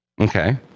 Okay